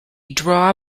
draw